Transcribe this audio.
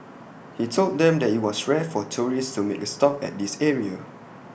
he told them that IT was rare for tourists to make A stop at this area